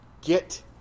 get